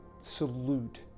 salute